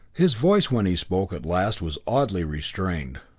his voice when he spoke at last was oddly restrained.